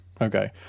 Okay